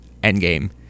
Endgame